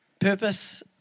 Purpose